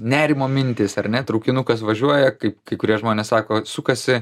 nerimo mintys ar ne traukinukas važiuoja kaip kai kurie žmonės sako sukasi